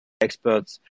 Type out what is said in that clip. experts